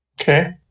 Okay